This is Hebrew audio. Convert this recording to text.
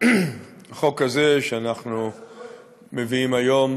הזה שאנחנו מביאים היום